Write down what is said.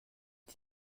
est